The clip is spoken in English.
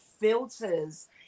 filters